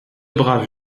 brave